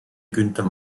günther